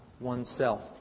oneself